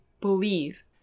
believe